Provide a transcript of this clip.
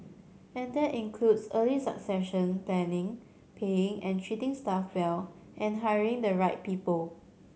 and that includes early succession planning paying and treating staff well and hiring the right people